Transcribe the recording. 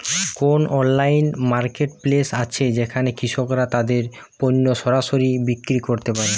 কোন online marketplace আছে যেখানে কৃষকরা তাদের পণ্য সরাসরি বিক্রি করতে পারে?